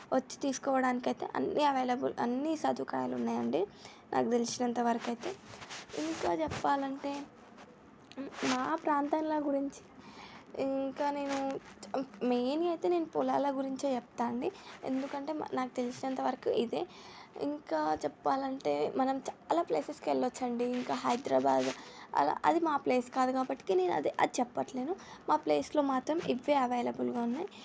వచ్చి తీసుకోవడానికి అయితే అన్ని అవైలబుల్ అన్ని సదుపాయాలూ ఉన్నాయండి నాకు తెలిసినంత వరకు అయితే ఇంకా చెప్పాలంటే మా ప్రాంతాల గురించి ఇంకా నేను మెయిన్గా అయితే నేను పొలాల గురించే చెప్తా అండి ఎందుకంటే నాకు తెలిసినంత వరకు ఇదే ఇంకా చెప్పాలంటే మనం చాలా ప్లేసెస్కి వెళ్ళొచ్చు అండి ఇంకా హైదరాబాద్ అలా అది మా ప్లేస్ కాదు కాబట్టి అది చెప్పట్లేదు మా ప్లేస్లో మాత్రం ఇవే అవైలబుల్గా ఉన్నాయి